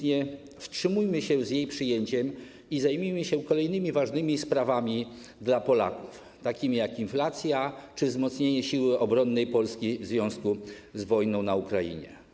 Nie wstrzymujmy się więc z jej przyjęciem i zajmijmy się kolejnymi ważnymi dla Polaków sprawami, takimi jak inflacja czy wzmocnienie siły obronnej Polski w związku z wojną na Ukrainie.